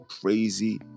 crazy